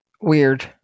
Weird